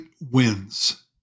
wins